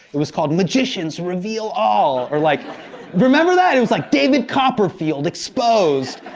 it was called magicians reveal all or like remember that? it was like, david copperfield exposed.